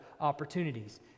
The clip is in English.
opportunities